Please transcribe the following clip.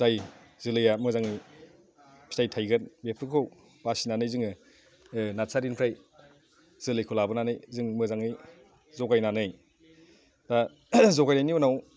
जाय जोलैया मोजां फिथाइ थाइगोन बेफोरखौ बासिनानै जोङो नारसारिनिफ्राय जोलैखौ लाबोनानै जों मोजाङै जगायनानै दा जगायनायनि उनाव